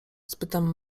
spytam